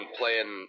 playing